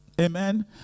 amen